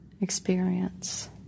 experience